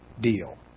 deal